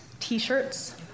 T-shirts